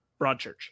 Broadchurch